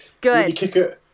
Good